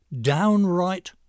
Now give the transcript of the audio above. downright